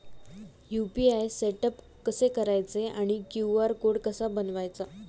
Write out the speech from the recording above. UPI setup कसे करायचे आणि क्यू.आर कोड कसा बनवायचा?